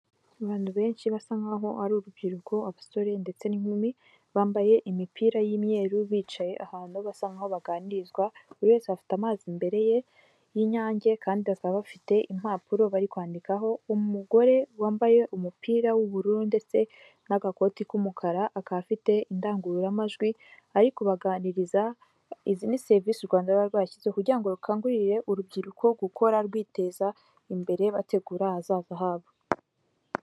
Abantu benshi basa nkaho ari urubyiruko, abasore, ndetse n'inkumi bambaye imipira y'imyeru bicaye ahantu basa nkaho baganirizwa. Buri wese afite amazi imbere ye y'inyange kandi bakaba bafite impapuro barikwandikaho. Umugore wambaye umupira w'ubururu ndetse n'agakoti k'umukara akaba afite indangururamajwi arikubaganiriza. Izi ni serivisi u Rwanda ruba rwashyizeho kugira ngo rukangurire urubyiruko gukora rwiteza imbere bategura ahazaza habo.